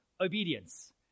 obedience